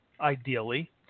ideally